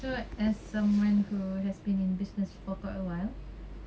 so as someone who has been in business for quite a while